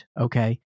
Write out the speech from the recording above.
okay